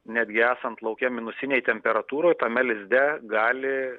netgi esant lauke minusinei temperatūrai tame lizde gali